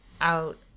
out